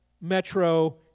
metro